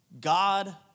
God